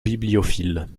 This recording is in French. bibliophiles